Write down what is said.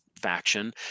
faction